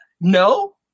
No